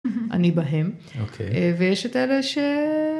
אני בהם ויש את הראשון.